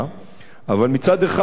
אבל מצד אחד אמרת,